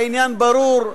העניין ברור,